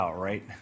right